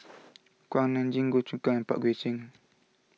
Kuak Nam Jin Goh Choon Kang and Pang Guek Cheng